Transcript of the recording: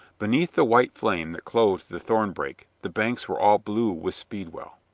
beneath the white flame that clothed the thornbrake the banks were all blue with speedwell.